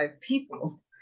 people